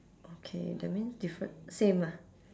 okay that means different same ah